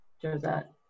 Josette